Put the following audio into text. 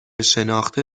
شناخته